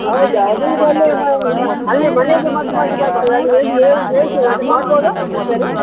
ಹೌದಾ ಅದುನ್ನ ಈಗ ಅಲ್ಲೇ ಅಲ್ಲೇ ಮನೆಗೆ ಮದ್ದು ಮಾಡ್ಲಿಕ್ಕಾಗ್ತದೆ ಅಲ್ಲಿ ಹೇಳಿ ಹೇಳಿ ಹೇಳ್ತೇನೆ ಅದನ್ನ ಮಾಡ್ಬೋದಾ ಸರ